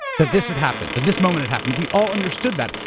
that this had happened, that this moment had happened, we all understood that.